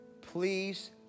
Please